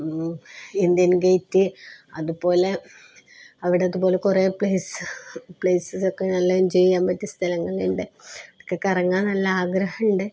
India Gate അതുപോലെ അവിടത്തെപോലെ കുറേ പ്ലേസസൊക്കെ നല്ല എൻജോയ് ചെയ്യാൻ പറ്റിയ സ്ഥലങ്ങളുണ്ട് അതൊക്കെ കറങ്ങാൻ നല്ല ആഗ്രഹമുണ്ട്